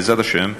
בעזרת השם,